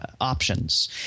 options